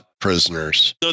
prisoners